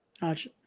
Gotcha